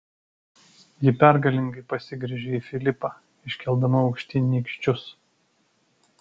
ji pergalingai pasigręžė į filipą iškeldama aukštyn nykščius